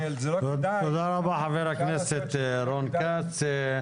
תודה רבה חבר הכנסת רון כץ.